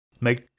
make